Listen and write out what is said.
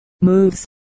moves